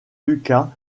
lucas